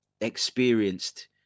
experienced